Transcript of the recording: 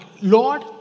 Lord